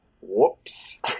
whoops